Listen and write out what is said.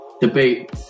debate